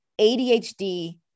ADHD